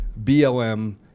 BLM